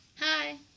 hi